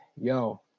yo